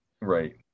right